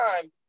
time